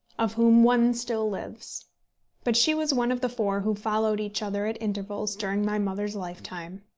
of whom one still lives but she was one of the four who followed each other at intervals during my mother's lifetime.